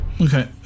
Okay